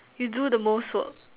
you do the most work